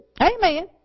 Amen